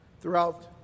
throughout